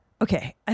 Okay